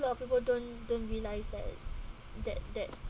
lot of people don't don't realise that that that